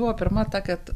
buvo pirma ta kad